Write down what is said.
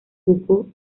poco